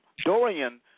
Dorian